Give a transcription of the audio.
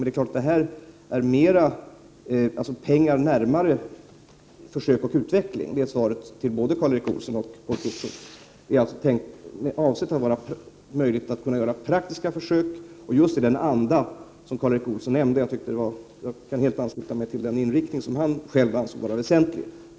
Dessa pengar är tänkta att användas mer till försök och utveckling. Det är svar till både Karl Erik Olsson och Paul Ciszuk. Avsikten är alltså att pengarna skall användas till praktiska försök och i den anda som Karl Erik Olsson nämnde. Jag kan helt ansluta mig till den inriktning som Karl Erik Olsson anser är väsentlig.